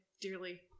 Dearly